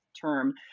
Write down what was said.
term